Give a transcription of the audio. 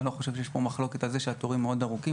אני לא חושב שיש פה מחלוקת על זה שהתורים מאוד ארוכים.